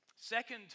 Second